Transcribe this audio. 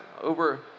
over